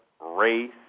race